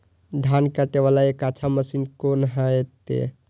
धान कटे वाला एक अच्छा मशीन कोन है ते?